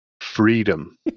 freedom